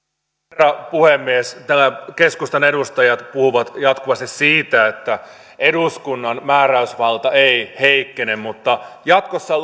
herra puhemies täällä keskustan edustajat puhuvat jatkuvasti siitä että eduskunnan määräysvalta ei heikkene mutta jatkossa